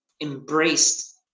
embraced